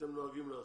שאתם נוהגים לעשות.